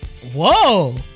whoa